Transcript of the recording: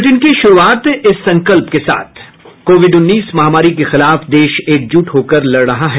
bulletin की शुरूआत से पहले ये संदेश कोविड उन्नीस महामारी के खिलाफ देश एकजुट होकर लड़ रहा है